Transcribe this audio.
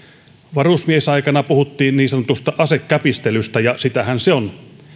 varusmiesaikana puhuttiin niin sanotusta asekäpistelystä ja sitähän se on